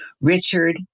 Richard